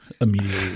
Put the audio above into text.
immediately